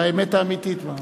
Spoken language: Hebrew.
זה האמת האמיתית.